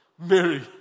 Mary